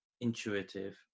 intuitive